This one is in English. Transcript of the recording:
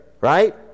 right